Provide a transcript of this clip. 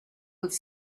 with